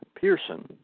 Pearson